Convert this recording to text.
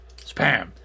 Spam